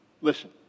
Listen